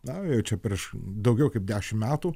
na jau čia prieš daugiau kaip dešim metų